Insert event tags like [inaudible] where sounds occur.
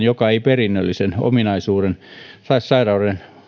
[unintelligible] joka ei perinnöllisen ominaisuuden tai sairauden